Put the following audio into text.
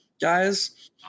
guys